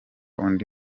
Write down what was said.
undi